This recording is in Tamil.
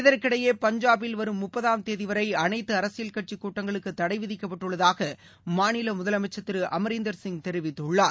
இதற்கிடையே பஞ்சாபில் வரும் முப்பதாம் தேதிவரை அனைத்து அரசியல் கட்சி கூட்டங்களுக்கு தடை விதிக்கப்பட்டுள்ளதாக மாநில முதலமைச்சர் திரு அமிரிந்தர் சிங் தெரிவித்துள்ளார்